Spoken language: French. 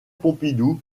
pompidou